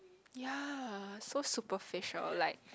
ya so superficial like